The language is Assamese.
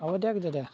হ'ব দিয়ক দাদা